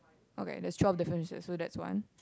okay there's twelve differences so that's one